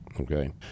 okay